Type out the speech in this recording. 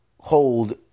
hold